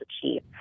achieve